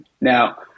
Now